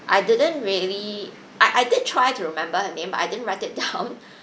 I didn't really I I did try to remember her name but I didn't write it down